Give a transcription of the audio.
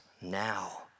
now